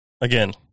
Again